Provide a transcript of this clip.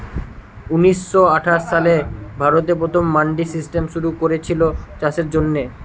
ঊনিশ শ আঠাশ সালে ভারতে প্রথম মান্ডি সিস্টেম শুরু কোরেছিল চাষের জন্যে